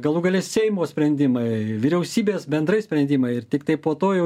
galų gale seimo sprendimai vyriausybės bendrai sprendimai ir tiktai po to jau